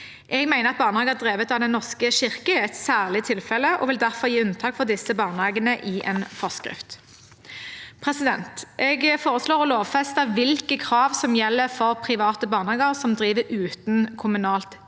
Jeg mener at barnehager drevet av Den norske kirke er et særlig tilfelle og vil derfor gi unntak for disse barnehagene i en forskrift. Jeg foreslår videre å lovfeste hvilke krav som gjelder for private barnehager som driver uten kommunalt tilskudd.